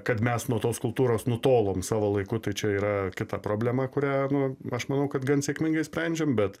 kad mes nuo tos kultūros nutolom savo laiku tai čia yra kita problema kurią nu aš manau kad gan sėkmingai sprendžiam bet